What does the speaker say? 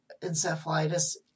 encephalitis